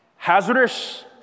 Hazardous